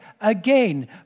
again